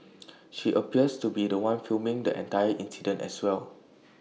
she appears to be The One filming the entire incident as well